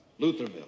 Lutherville